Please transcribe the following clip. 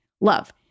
Love